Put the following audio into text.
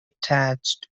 attached